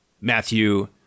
matthew